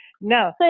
No